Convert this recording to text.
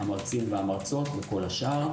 המרצים והמרצות וכל השאר,